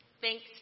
Thanks